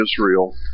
Israel